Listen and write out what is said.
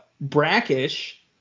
Brackish